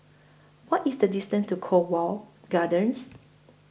What IS The distance to Cornwall Gardens